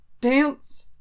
dance